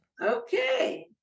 Okay